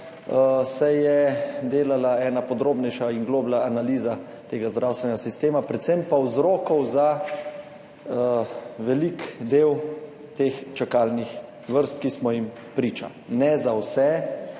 se je delala podrobnejša in globlja analiza tega zdravstvenega sistema, predvsem pa vzrokov za velik del čakalnih vrst, ki smo jim priče. Ne za vse,